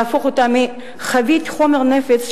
להפוך אותה מחבית חומר נפץ,